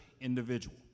individual